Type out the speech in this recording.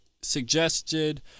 suggested